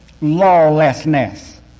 lawlessness